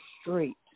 street